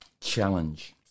challenge